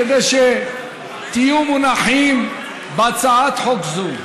כדי שתהיו מונחים בהצעת חוק זו,